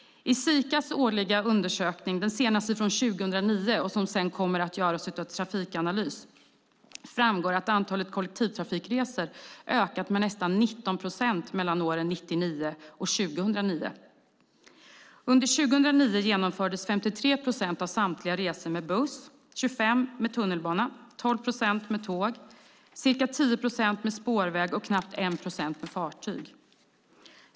I Sikas årliga undersökning, den senaste från 2009 - den kommer sedan att göras av Trafikanalys - framgår att antalet kollektivtrafikresor har ökat med nästan 19 procent mellan åren 1999 och 2009. Under 2009 genomfördes 53 procent av samtliga resor med buss, 25 procent med tunnelbana, 12 procent med tåg, ca 10 procent med spårväg och knappt 1 procent med fartyg.